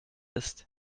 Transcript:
ist